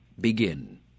Begin